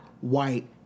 white